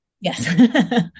Yes